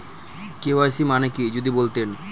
KYC মানে কি যদি বলতেন?